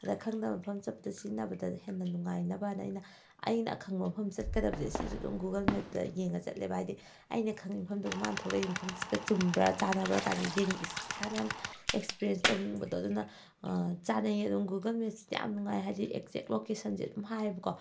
ꯑꯗꯨꯗ ꯈꯪꯗꯕ ꯃꯐꯝꯗ ꯆꯠꯄꯗ ꯁꯤꯖꯤꯟꯅꯕꯗ ꯍꯦꯟꯅ ꯅꯨꯡꯉꯥꯏꯅꯕꯍꯥꯏꯅ ꯑꯩꯅ ꯑꯩꯅ ꯑꯈꯪꯕ ꯃꯐꯝꯗ ꯆꯠꯀꯗꯕꯁꯦ ꯁꯤꯁꯨ ꯑꯗꯨꯝ ꯒꯨꯒꯜ ꯃꯦꯞꯇ ꯌꯦꯡꯉꯒ ꯆꯠꯂꯦꯕ ꯍꯥꯏꯗꯤ ꯑꯩꯅ ꯈꯪꯏ ꯃꯐꯝꯗꯨꯒ ꯃꯥꯅ ꯊꯣꯛꯂꯛꯏ ꯃꯐꯝꯁꯤꯒ ꯆꯨꯝꯕ꯭ꯔꯥ ꯆꯥꯟꯅꯕ꯭ꯔꯥ ꯀꯥꯏꯅ ꯏꯁꯥꯅ ꯌꯥꯝꯅ ꯑꯦꯛꯄꯤꯔꯤꯌꯦꯟꯁ ꯇꯧꯅꯤꯡꯕꯗꯣ ꯑꯗꯨꯅ ꯆꯥꯟꯅꯩꯌꯦ ꯑꯗꯨꯝ ꯒꯨꯒꯜ ꯃꯦꯞꯁꯤꯗꯤ ꯌꯥꯝꯅ ꯅꯨꯡꯉꯥꯏ ꯍꯥꯏꯗꯤ ꯑꯦꯛꯖꯦꯛ ꯂꯣꯀꯦꯁꯟꯁꯤ ꯑꯗꯨꯝ ꯍꯥꯏꯌꯦꯕꯀꯣ